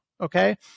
okay